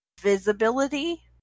visibility